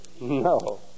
No